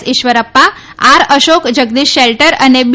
Eshwarappa R Ashok Jagadish Shettar અને બી